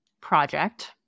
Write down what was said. project